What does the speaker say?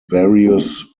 various